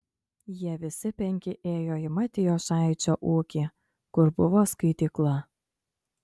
jie visi penki ėjo į matijošaičio ūkį kur buvo skaitykla